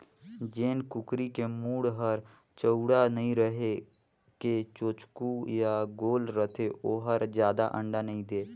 जेन कुकरी के मूढ़ हर चउड़ा नइ रहि के चोचकू य गोल रथे ओ हर जादा अंडा नइ दे